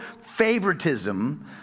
favoritism